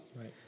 Right